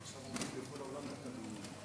עכשיו עומדים בכל העולם דקה דומייה.